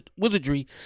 wizardry